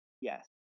yes